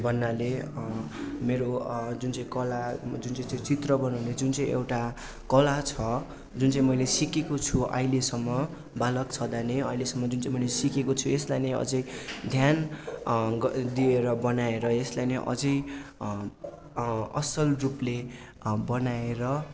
भन्नाले मेरो जुन चाहिँ कला जुनचाहिँ चाहिँ चित्र बनाउने जुनचाहिँ एउटा कला छ जुनचाहिँ मैले सिकेको छु अहिलेसम्म बालक छँदा नै अहिलेसम्म जुनचाहिँ मैले सिकेको छु यसलाई नै अझै ध्यान दिएर बनाएर यसलाई नै अझै असल रूपले बनाएर